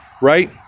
right